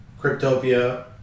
cryptopia